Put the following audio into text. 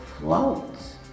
floats